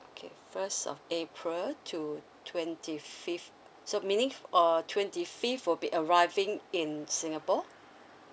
okay first of april to twenty fifth so meaning uh twenty fifth would be arriving in singapore